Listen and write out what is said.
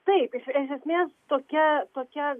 taip iš esmės tokia tokia